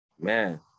Man